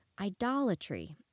idolatry